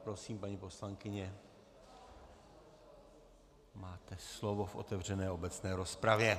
Prosím, paní poslankyně, máte slovo v otevřené obecné rozpravě.